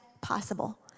possible